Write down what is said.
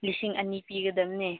ꯂꯤꯁꯤꯡ ꯑꯅꯤ ꯄꯤꯒꯗꯕꯅꯦ